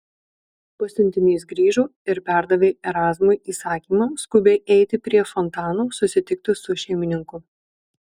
pasiuntinys grįžo ir perdavė erazmui įsakymą skubiai eiti prie fontano susitikti su šeimininku